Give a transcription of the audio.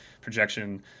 projection